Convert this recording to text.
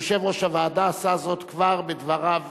יושב-ראש הוועדה עשה זאת כבר בדבריו